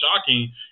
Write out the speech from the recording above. shocking